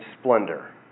splendor